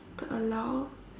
to allow